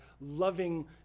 loving